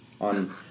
on